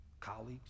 colleagues